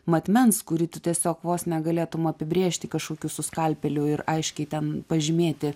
matmens kurį tu tiesiog vos negalėtum apibrėžti kažkokiu su skalpeliu ir aiškiai ten pažymėti